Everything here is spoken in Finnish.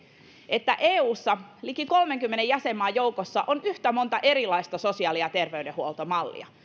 että eussa liki kolmeenkymmeneen jäsenmaan joukossa on yhtä monta erilaista sosiaali ja terveydenhuoltomallia